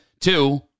Two